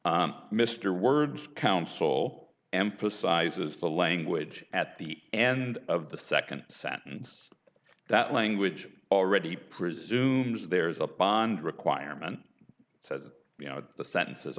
mr words counsel emphasizes the language at the end of the second sentence that language already presumes there is a bond requirement says you know the sentences